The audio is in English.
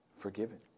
forgiven